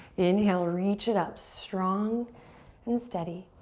inhale, reach it up. strong and steady.